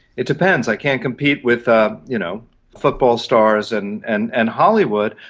it depends. i can't compete with ah you know football stars and and and hollywood,